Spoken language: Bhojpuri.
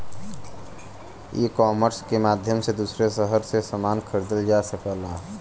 ईकामर्स के माध्यम से दूसरे शहर से समान खरीदल जा सकला